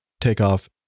takeoff